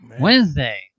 Wednesday